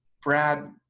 brad,